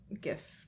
gift